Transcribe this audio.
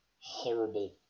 horrible